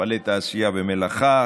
מפעלי תעשייה ומלאכה,